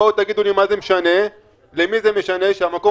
בואו תגידו לי מה זה משנה ולמי זה משנה שהמקום